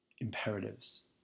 imperatives